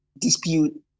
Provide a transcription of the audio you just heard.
dispute